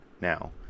now